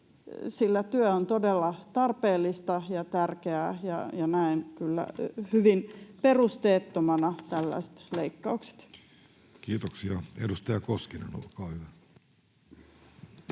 sillä työ on todella tarpeellista ja tärkeää. Näen kyllä hyvin perusteettomana tällaiset leikkaukset. [Speech 382] Speaker: Jussi Halla-aho